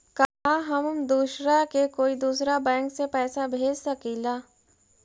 का हम दूसरा के कोई दुसरा बैंक से पैसा भेज सकिला?